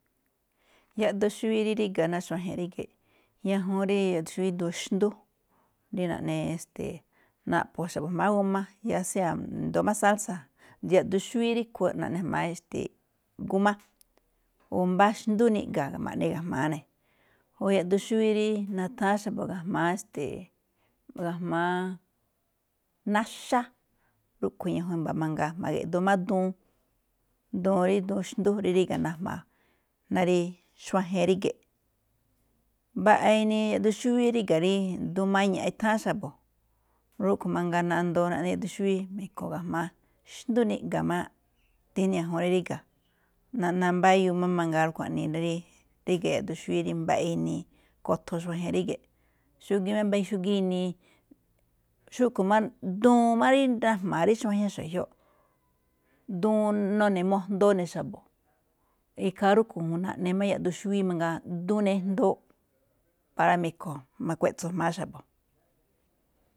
Yaꞌduun xúwi rí ríga̱ ná xuajen ríge̱ꞌ, ñajuun rí yaꞌduun xúwí xndú, rínaꞌne esteeꞌ naꞌpho̱ xa̱bo̱ ga̱jma̱á g a, ya sea̱ i̱ndo̱ó máꞌ sálsa, yaꞌduun xúwí rúꞌkhue̱n naꞌne jma̱á esteeꞌ g a o mbá xndú niꞌga̱, ma̱ꞌne ga̱jma̱á ne̱, o yaꞌduun xúwí rí nutháán xa̱bo̱ ga̱jma̱á esteeꞌ ga̱jma̱á náxá. Rúꞌkhue̱n ñajuun i̱mba̱ mangaa ma̱ge̱ꞌdoo máꞌ duun, duun rí duun xndú rí ríga̱ najma̱a̱, ná rí xuajen ríge̱ꞌ. Mbaꞌa inii yaꞌduun xúwí ríga̱, rí duun maña̱ꞌ, etháán xa̱bo̱, rúꞌkhue̱n mangaa nandoo naꞌne yaꞌduun xúwí, me̱kho̱ ga̱jma̱á xndú niꞌga̱ máꞌ dí ni ñajuun rí ríga̱. Nambáyúu máꞌ mangaa rúꞌkhue̱n jaꞌnii rí ríga̱ yaꞌduun xúwí rí mbaꞌa inii, kothon xuajen ríge̱ꞌ, xúgíí máꞌ imbáyúu xúgíí inii. Xúꞌkhue̱n máꞌ duun máꞌ rí najma̱a̱ xuajña ge̱jioꞌ, duun nune̱ mojndoo ne̱ xa̱bo̱. Ikhaa rúꞌkhue̱n naꞌne máꞌ yaꞌduun xúwí mangaa, duun nijndoo para me̱kho̱, ma̱kueꞌtso jma̱á xa̱bo̱.